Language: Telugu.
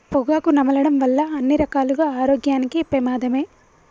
పొగాకు నమలడం వల్ల అన్ని రకాలుగా ఆరోగ్యానికి పెమాదమే